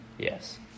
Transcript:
Yes